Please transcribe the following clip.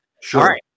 Sure